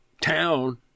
town